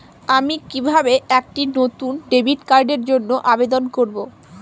আমি কিভাবে একটি নতুন ডেবিট কার্ডের জন্য আবেদন করব?